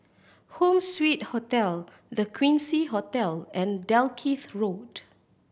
Home Suite Hotel The Quincy Hotel and Dalkeith Road